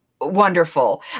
wonderful